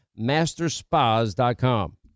Masterspas.com